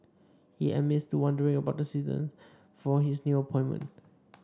he admits to wondering about the reason for his new appointment